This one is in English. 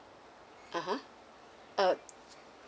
(uh huh) uh